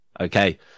Okay